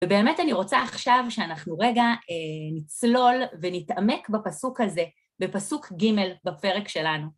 ובאמת אני רוצה עכשיו שאנחנו רגע נצלול ונתעמק בפסוק הזה, בפסוק ג' בפרק שלנו.